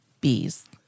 bees